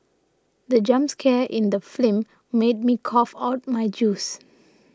the jump scare in the film made me cough out my juice